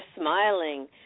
smiling